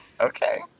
Okay